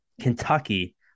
Kentucky